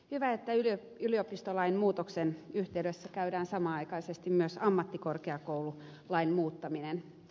hyvä että yliopistolain muutoksen yhteydessä käydään samanaikaisesti myös ammattikorkeakoululain muuttaminen